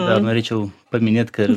dar norėčiau paminėt kad